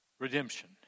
Redemption